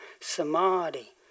samadhi